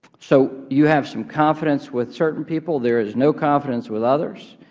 so you have some confidence with certain people, there is no confidence with others,